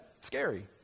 scary